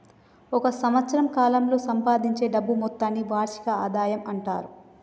ఒక సంవత్సరం కాలంలో సంపాదించే డబ్బు మొత్తాన్ని వార్షిక ఆదాయం అంటారు